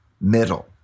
middle